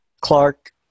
Clark